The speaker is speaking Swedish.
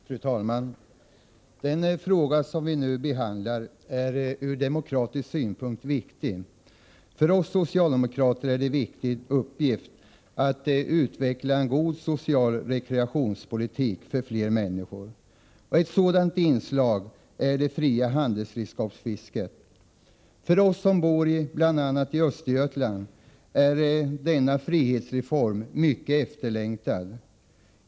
Fru talman! Den fråga som vi nu behandlar är ur demokratisk synpunkt viktig. För oss socialdemokrater är det en angelägen uppgift att utveckla en god social rekreationspolitik för fler människor. Ett sådant inslag är det fria handredskapsfisket. För oss som bor bl.a. i Östergötland är denna frihetsreform mycket efterlängtad.